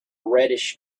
reddish